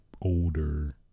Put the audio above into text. older